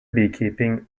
beekeeping